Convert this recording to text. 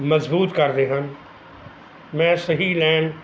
ਮਜ਼ਬੂਤ ਕਰਦੇ ਹਨ ਮੈਂ ਸਹੀ ਲੈਅ